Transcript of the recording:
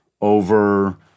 over